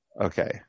okay